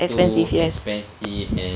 expensive yes